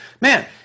Man